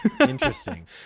interesting